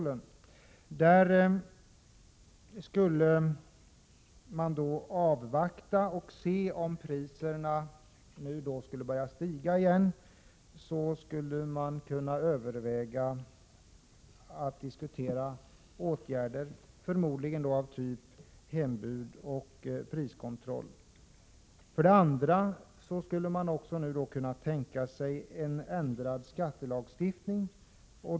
Regeringen skall alltså, enligt Magnus Persson, avvakta och se, och om priserna skulle börja stiga igen skall man överväga åtgärder, förmodligen av typ hembud och priskontroll. Enligt Magnus Persson skulle man nu också kunna tänka sig att ändra skattelagstiftningen.